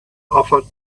offered